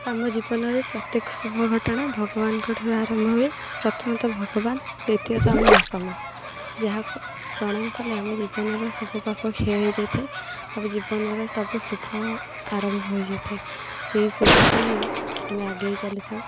ଆମ ଜୀବନରେ ପ୍ରତ୍ୟେକ ଶୁଭ ଘଟଣା ଭଗବାନଙ୍କ ଠାରୁ ଆରମ୍ଭ ହୁଏ ପ୍ରଥମତଃ ଭଗବାନ ଦ୍ୱିତୀୟତଃ ଆମ ବାପା ମାଆ ଯାହାକୁ ପ୍ରଣାମ କଲେ ଆମ ଜୀବନର ସବୁପାପ କ୍ଷୟ ହେଇଯାଇଥାଏ ଆଉ ଜୀବନର ସବୁ ଶୁଭ ଆରମ୍ଭ ହୋଇଯାଇଥାଏ ସେହି ଶୁଭକୁ ନେଇ ଆମେ ଆଗେଇ ଚାଲିଥାଉ